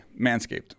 Manscaped